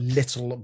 little